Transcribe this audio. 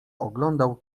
oglądał